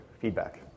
feedback